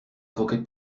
croquettes